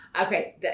Okay